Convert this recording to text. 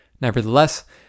Nevertheless